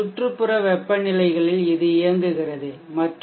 சுற்றுப்புற வெப்பநிலை நிலைகளில் இது இயங்குகிறது மற்றும்